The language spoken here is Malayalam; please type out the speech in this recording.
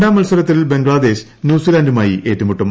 ാം മത്സരത്തിൽ ബംഗ്ലാദേശ് ന്യൂസിലാന്റുമായി ര ഏറ്റുമുട്ടും